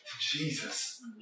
Jesus